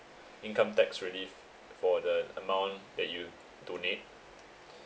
income tax relief for the amount that you donate